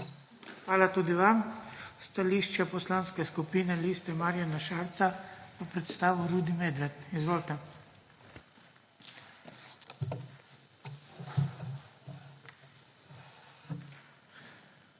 Hvala tudi vam. Stališče Poslanske skupine Liste Marjana Šarca bo predstavil Rudi Medved. Izvolite. **RUDI